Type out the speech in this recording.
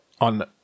on